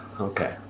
Okay